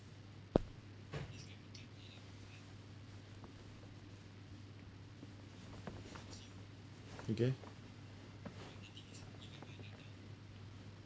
okay